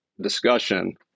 discussion